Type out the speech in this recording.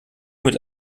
mit